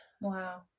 wow